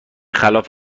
خلاف